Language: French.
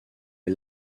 est